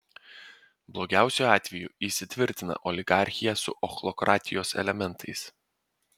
blogiausiu atveju įsitvirtina oligarchija su ochlokratijos elementais